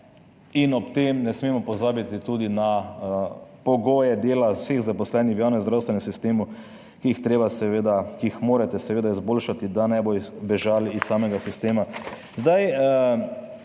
in ob tem ne smemo pozabiti tudi na pogoje dela vseh zaposlenih v javnem zdravstvenem sistemu, ki jih je treba seveda, ki jih morate seveda izboljšati, da ne bodo bežali iz samega sistema. Zdaj,